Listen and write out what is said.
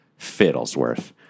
Fiddlesworth